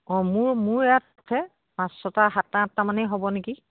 অঁ মোৰ মোৰ ইয়াতে পাঁচশটা সাতটা আঠটা মানেই হ'ব নেকি